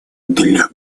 для